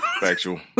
factual